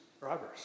robbers